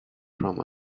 from